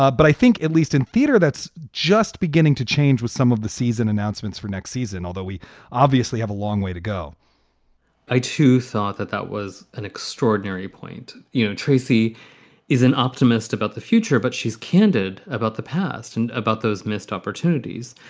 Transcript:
ah but i think at least in theater, that's just beginning to change with some of the season announcements for next season, although we obviously have a long way to go i, too, thought that that was an extraordinary point. you know, tracy is an optimist about the future, but she's candid about the past and about those missed opportunities.